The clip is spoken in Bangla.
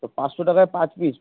তো পাঁচশো টাকায় পাঁচ পিস